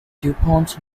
dupont